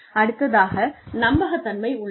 அடுத்ததாக நம்பகத்தன்மை உள்ளது